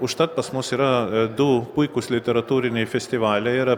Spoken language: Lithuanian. užtat pas mus yra du puikūs literatūriniai festivaliai yra